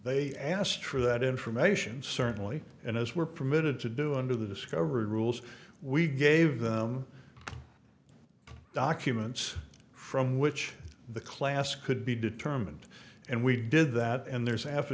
they asked for that information certainly and as we're permitted to do under the discovery rules we gave them documents from which the class could be determined and we did that and there's